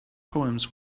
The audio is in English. poems